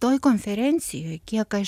toj konferencijoj kiek aš